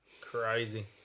Crazy